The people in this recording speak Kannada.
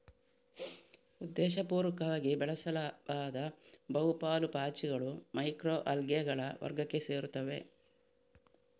ಉದ್ದೇಶಪೂರ್ವಕವಾಗಿ ಬೆಳೆಸಲಾದ ಬಹು ಪಾಲು ಪಾಚಿಗಳು ಮೈಕ್ರೊ ಅಲ್ಗೇಗಳ ವರ್ಗಕ್ಕೆ ಸೇರುತ್ತವೆ